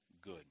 good